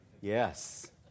Yes